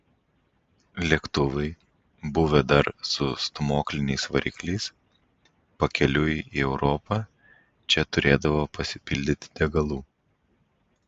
lėktuvai buvę dar su stūmokliniais varikliais pakeliui į europą čia turėdavo pasipildyti degalų